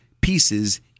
pieces